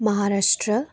Maharashtra